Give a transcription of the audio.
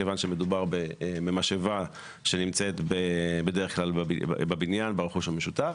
כי מדובר על משאבה שנמצאת בדרך כלל ברכוש המשותף